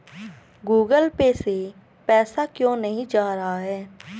Google Pay से पैसा क्यों नहीं जा रहा है?